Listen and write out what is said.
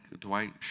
Dwight